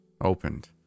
opened